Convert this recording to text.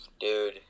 Dude